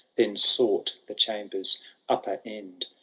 then sought the chamber s upper end,